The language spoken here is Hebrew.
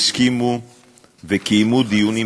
שהסכימו וקיימו דיונים.